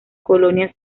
colonias